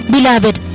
Beloved